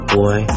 boy